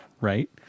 Right